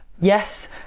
yes